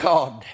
God